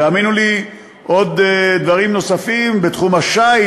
והאמינו לי, עוד דברים נוספים בתחום השיט